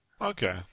Okay